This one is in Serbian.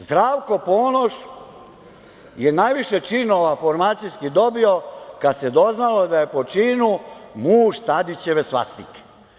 Zdravko Ponoš je najviše činova formacijski dobio kad se doznalo da je po činu muž Tadićeve svastike.